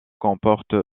comporte